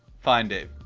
fine, dave.